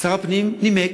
ששר הפנים נימק,